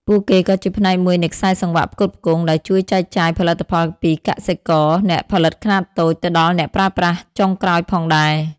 ពួកគេក៏ជាផ្នែកមួយនៃខ្សែសង្វាក់ផ្គត់ផ្គង់ ដែលជួយចែកចាយផលិតផលពីកសិករ អ្នកផលិតខ្នាតតូច ទៅដល់អ្នកប្រើប្រាស់ចុងក្រោយផងដែរ ។